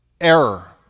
error